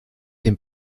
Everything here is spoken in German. dem